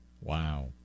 wow